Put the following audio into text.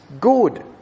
good